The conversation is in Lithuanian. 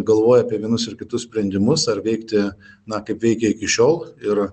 galvoja apie vienus ir kitus sprendimus ar veikti na kaip veikė iki šiol yra